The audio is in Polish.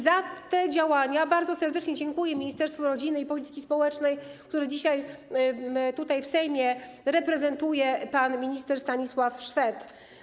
Za te działania bardzo serdecznie dziękuję Ministerstwu Rodziny i Polityki Społecznej, które dzisiaj w Sejmie reprezentuje pan minister Stanisław Szwed.